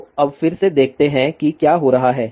तो अब फिर से देखते हैं कि क्या हो रहा है